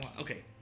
Okay